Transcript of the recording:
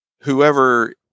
whoever